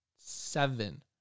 Seven